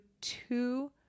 two